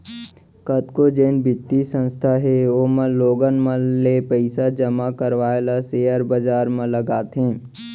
कतको जेन बित्तीय संस्था हे ओमन लोगन मन ले पइसा जमा करवाय ल सेयर बजार म लगाथे